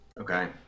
Okay